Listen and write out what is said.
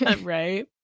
Right